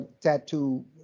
tattoo